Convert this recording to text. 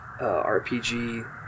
RPG